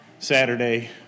Saturday